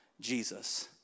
Jesus